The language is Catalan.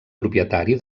propietari